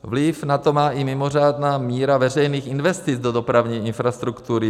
Vliv na to má i mimořádná míra veřejných investic do dopravní infrastruktury.